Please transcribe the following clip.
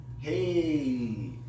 Hey